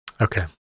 Okay